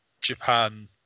Japan